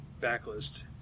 backlist